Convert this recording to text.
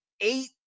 eight